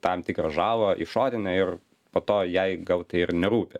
tam tikrą žalą išorinę ir po to jai gal tai ir nerūpi